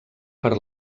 per